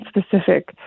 specific